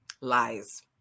Lies